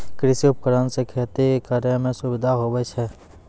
कृषि उपकरण से खेती करै मे सुबिधा हुवै छै